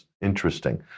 interesting